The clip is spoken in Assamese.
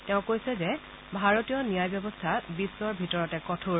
তেওঁ কৈছে যে ভাৰতীয় ন্যায় ব্যৱস্থা বিশ্বৰ ভিতৰতে কঠোৰ